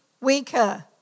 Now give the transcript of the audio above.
weaker